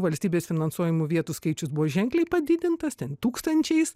valstybės finansuojamų vietų skaičius buvo ženkliai padidintas ten tūkstančiais